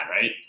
right